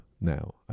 now